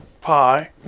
pi